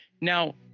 Now